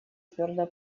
твердо